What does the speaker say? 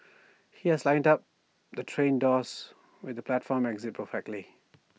he has lined up the train doors with the platform exit perfectly